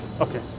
Okay